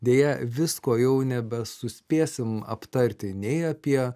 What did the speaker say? deja visko jau nebesuspėsim aptarti nei apie